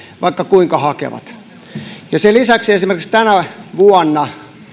vaikka kuinka hakevat sen lisäksi esimerkiksi tänä vuonna